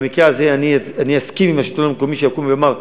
במקרה הזה אני אסכים עם השלטון המקומי שיקום ויאמר,